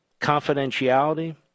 confidentiality